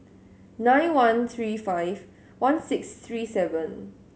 nine one three five one six three seven